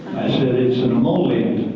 i said it's an emolient,